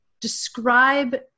describe